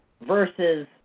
Versus